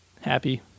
happy